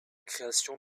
création